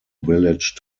village